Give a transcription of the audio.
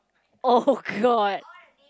oh god